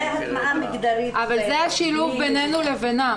הטמעה מגדרית --- אבל זה השילוב בינינו לבינם.